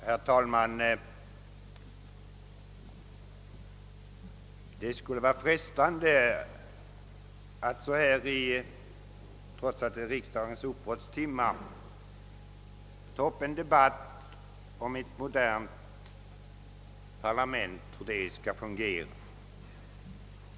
Herr talman! Det skulle vara frestande, trots att vi befinner oss i riksdagens uppbrottstimme, att ta upp en debatt om hur ett modern parlament skall fungera.